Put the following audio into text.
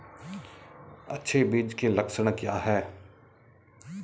अच्छे बीज के लक्षण क्या हैं?